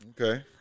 okay